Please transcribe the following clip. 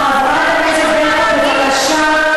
חברת הכנסת ברקו, בבקשה.